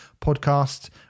podcast